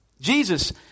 Jesus